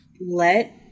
let –